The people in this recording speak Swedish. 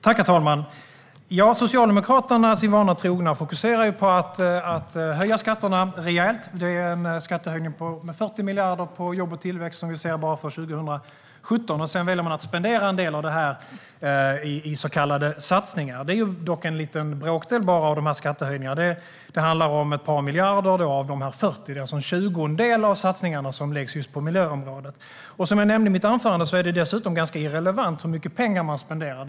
Herr talman! Socialdemokraterna fokuserar sin vana trogna på att höja skatterna rejält. Det är en skattehöjning med 40 miljarder på jobb och tillväxt bara för 2017, och sedan väljer man att spendera en del av det här på så kallade satsningar. Det är dock bara en bråkdel av skattehöjningarna. Det handlar om ett par miljarder av de här 40, alltså en tjugondel av satsningarna, som läggs på miljöområdet. Som jag nämnde i mitt anförande är det dessutom ganska irrelevant hur mycket pengar man spenderar.